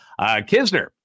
Kisner